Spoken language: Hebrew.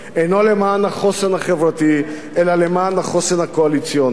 אינו למען החוסן החברתי אלא למען החוסן הקואליציוני,